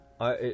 I-